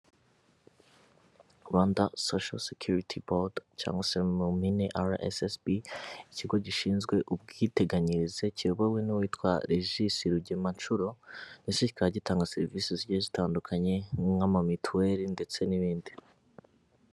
Rwanda Social Security Board cyangwa se mu mpine RSSB, ikigo gishinzwe ubwiteganyirize kiyobowe n'uwitwa Regis Rugemanshuro ndetse kikaba gitanga serivisi zigiye zitandukanye nko mu mituweli ndetse n'ibindi.